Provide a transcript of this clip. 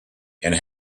and